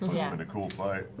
yeah been a cool fight.